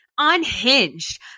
unhinged